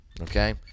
Okay